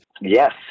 Yes